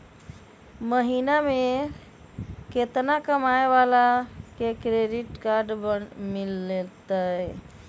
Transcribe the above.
महीना में केतना कमाय वाला के क्रेडिट कार्ड मिलतै?